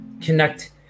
connect